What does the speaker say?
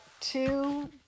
two